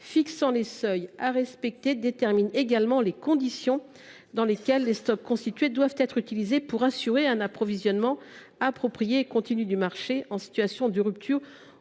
fixant les seuils à respecter détermine également les conditions dans lesquelles les stocks constitués doivent être utilisés pour assurer un approvisionnement approprié et continu du marché en cas de rupture